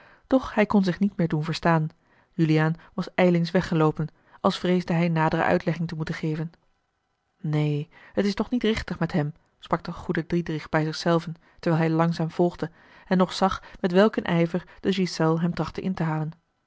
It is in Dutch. doch hij kon zich niet meer doen verstaan juliaan was ijlings weggeloopen als vreesde hij nadere uitlegging te moeten geven neen het is toch niet richtig met hem sprak de goede diedrich bij zich zelven terwijl hij langzaam volgde en nog zag met welk een ijver de ghiselles hem trachtte in te halen